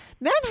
men